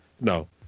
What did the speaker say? No